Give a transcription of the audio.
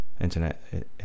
internet